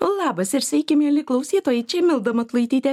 labas ir sveiki mieli klausytojai čia milda matulaitytė